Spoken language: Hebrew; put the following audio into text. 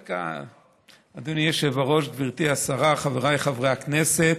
אדוני היושב-ראש, גברתי השרה, חבריי חברי הכנסת,